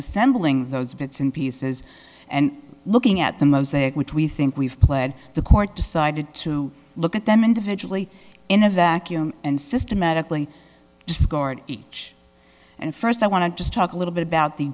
assembling those bits and pieces and looking at the mosaic which we think we've pled the court decided to look at them individually in a vacuum and systematically discard each and first i want to just talk a little bit about the